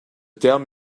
terme